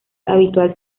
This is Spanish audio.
habitual